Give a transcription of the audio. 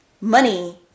money